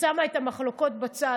ששמה את המחלוקות בצד.